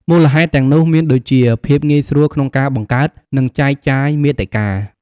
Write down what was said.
មូលហេតុទាំងនោះមានដូចជា ភាពងាយស្រួលក្នុងការបង្កើត និងចែកចាយមាតិកា។